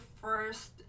first